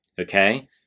Okay